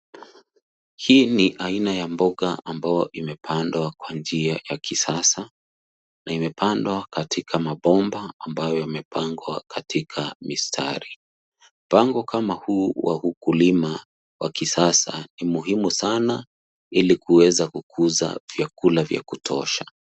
Hii ni aina ya mboga ambayo imepandwa kwa njia ya kisasa, na imepandwa katika mabomba ambayo yamepangwa katika mistari. Mbinu kama hii ya kulima kwa kisasa ni muhimu sana ili kuweza kukuza vyakula vya kutosha.